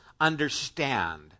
understand